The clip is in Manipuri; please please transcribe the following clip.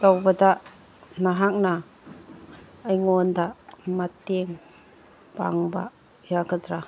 ꯇꯧꯕꯗ ꯅꯍꯥꯛꯅ ꯑꯩꯉꯣꯟꯗ ꯃꯇꯦꯡ ꯄꯥꯡꯕ ꯌꯥꯒꯗ꯭ꯔꯥ